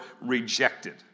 rejected